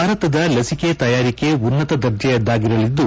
ಭಾರತದ ಲಸಿಕೆ ತಯಾರಿಕೆ ಉನ್ನತ ದರ್ಜೆಯದಾಗಿರಲಿದ್ದು